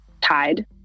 tied